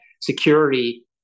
security